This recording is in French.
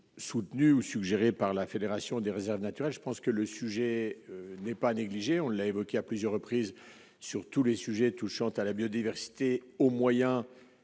soutenus ou suggérés par la fédération des réserves naturelles, je pense que le sujet n'est pas négliger, on l'a évoqué à plusieurs reprises sur tous les sujets touchant à la biodiversité au moyen